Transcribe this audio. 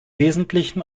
wesentlichen